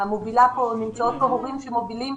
נמצאים כאן הורים שמובילים,